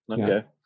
Okay